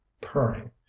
purring